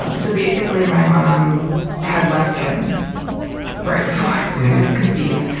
ah so, basically my mom had left him right before i was conceived,